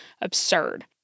absurd